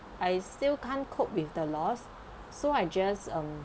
I still can't cope with the loss so I just um